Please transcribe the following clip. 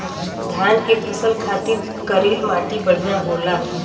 धान के फसल खातिर करील माटी बढ़िया होला